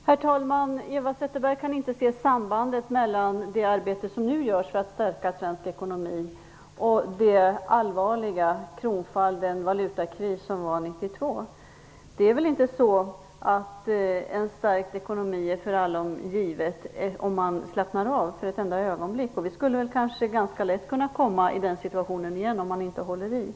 Herr talman! Eva Zetterberg kan inte se sambandet mellan det arbete som nu görs för att stärka svensk ekonomi och det allvarliga kronfall och den valutakris som var 1992. Det är väl inte så att en stark ekonomi är för alltid given, utan om vi slappnade av för ett enda ögonblick skulle vi väl ganska lätt återigen kunna hamna i den situation vi befann oss i 1992.